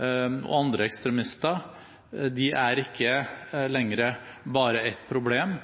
og andre ekstremister, ikke lenger bare er et problem